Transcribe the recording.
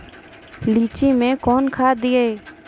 लीची मैं कौन खाद दिए?